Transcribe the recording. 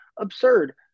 Absurd